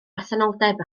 bresenoldeb